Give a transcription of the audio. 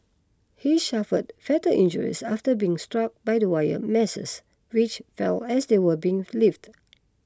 he suffered fatal injuries after being struck by the wire meshes which fell as they were being lifted